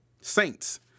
Saints